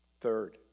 Third